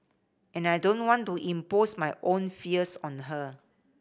and I don't want to impose my own fears on her